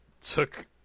took